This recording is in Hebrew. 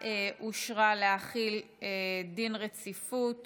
רצונה להחיל דין רציפות